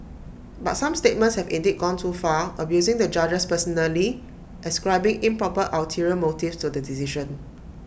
but some statements have indeed gone too far abusing the judges personally ascribing improper ulterior motives to the decision